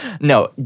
No